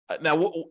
Now